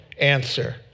Answer